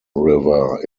river